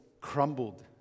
crumbled